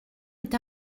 est